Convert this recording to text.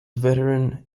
veteran